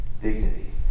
dignity